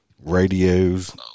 radios